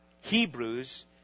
Hebrews